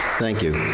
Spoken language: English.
thank you,